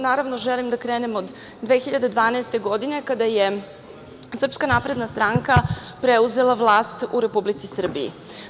Naravno, želim da krenemo od 2012. godine kada je SNS preuzela vlast u Republici Srbiji.